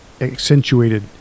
accentuated